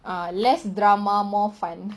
ah less drama more fun